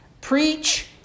Preach